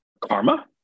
karma